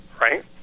right